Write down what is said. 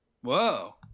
Whoa